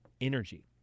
energy